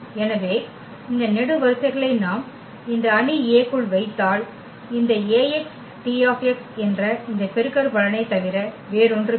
எனவே இந்த நெடுவரிசைகளை நாம் இந்த அணி A க்குள் வைத்தால் இந்த Ax T என்ற இந்த பெருக்கற்பலனைத் தவிர வேறொன்றுமில்லை